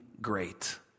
great